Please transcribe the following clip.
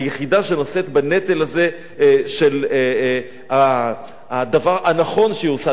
שנושאת בנטל הזה של הדבר הנכון שהיא עושה,